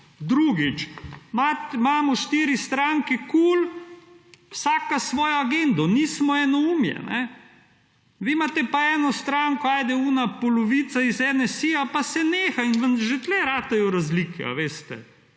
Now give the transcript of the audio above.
Drugič, imamo štiri stranke KUL vsaka svojo agendo, nismo enoumje. Vi imate pa eno stranko. Ajde, tista polovica iz NSi-ja, pa se neha, in vam že tukaj nastanejo razlike, a veste.